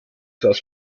das